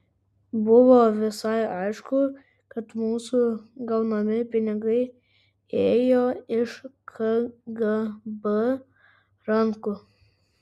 buvo visai aišku kad mūsų gaunami pinigai ėjo iš kgb rankų